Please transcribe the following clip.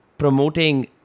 Promoting